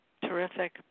Terrific